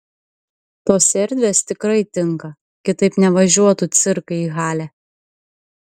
tos erdvės tikrai tinka kitaip nevažiuotų cirkai į halę